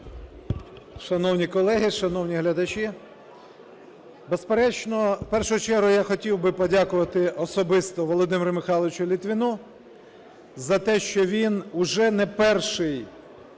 Шановні колеги, шановні глядачі, безперечно, в першу чергу я хотів би подякувати особисто Володимиру Михайловичу Литвину за те, що він уже не перший,